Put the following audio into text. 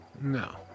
No